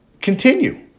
continue